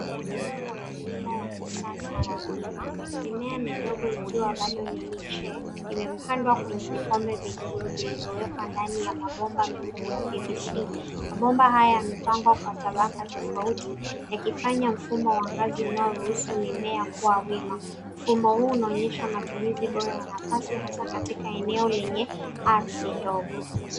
Mfumo wa kilimo wa kisasa wa wima mimea midogo ukiwa bado ni miche imepandwa kwenye vikombe vidogo vilivyowekwa ndani ya mabomba meupe ya pvc. Mabomba haya yamepangwa kwa tabaka tofauti yakifanya mfumo wa ngazi unaoruhusu mimea kuwa wima. Mfumo huu unaonyesha matumizi bora ya nafasi hasa katika eneo lenye ardhi ndogo.